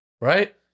Right